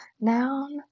Noun